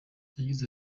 yagize